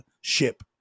ship